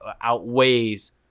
outweighs